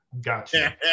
gotcha